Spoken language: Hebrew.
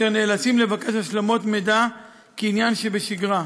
והם נאלצים לבקש השלמות מידע כעניין שבשגרה.